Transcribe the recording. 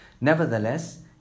Nevertheless